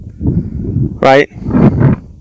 right